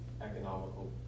economical